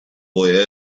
boy